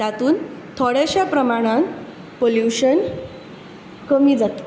तातूंत थोडेशे प्रमाणान पल्यूशन कमी जातलें